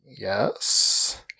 Yes